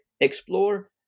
explore